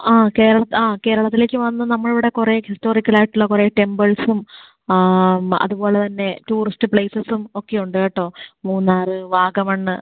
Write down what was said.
ആ കേരളം ആ കേരളത്തിലേക്ക് വന്ന് നമ്മൾ ഇവിടെ കുറേ ഹിസ്റ്റോറിക്കൽ ആയിട്ടുള്ള കുറേ ടെമ്പിൾസും അതുപോലെ തന്നെ ടൂറിസ്റ്റ് പ്ലേയ്സസും ഒക്കെ ഉണ്ട് കേട്ടോ മൂന്നാർ വാഗമൺ